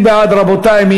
מי בעד, רבותי?